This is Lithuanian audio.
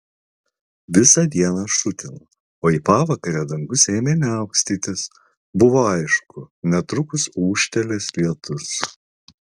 visą dieną šutino o į pavakarę dangus ėmė niaukstytis buvo aišku netrukus ūžtelės lietus